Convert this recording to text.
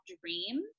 dream